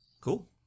Cool